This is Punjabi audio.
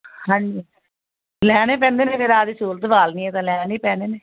ਹਾਂਜੀ ਲੈਣੇ ਪੈਂਦੇ ਨੇ ਫਿਰ ਆਪਦੀ ਸਹੂਲਤ ਬਾਲਨੀ ਤਾਂ ਲੈਣੇ ਹੀ ਪੈਣੇ ਨੇ